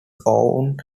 own